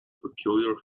peculiar